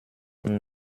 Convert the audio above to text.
und